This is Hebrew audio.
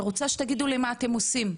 אני רוצה שתגידו לי מה אתם עושים.